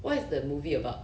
what is the movie about